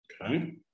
Okay